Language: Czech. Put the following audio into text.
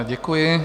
Děkuji.